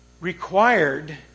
required